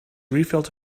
refilled